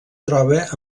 troba